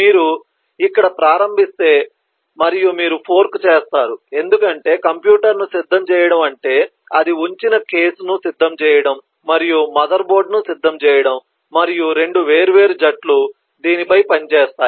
మీరు ఇక్కడ ప్రారంభిస్తే మరియు మీరు ఫోర్క్ చేస్తారు ఎందుకంటే కంప్యూటర్ను సిద్ధం చేయడం అంటే అది ఉంచిన కేసును సిద్ధం చేయడం మరియు మదర్బోర్డును సిద్ధం చేయడం మరియు 2 వేర్వేరు జట్లు దీనిపై పనిచేస్తాయి